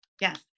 Yes